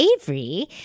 Avery